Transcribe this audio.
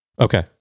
Okay